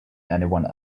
anyone